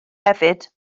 hefyd